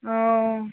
ও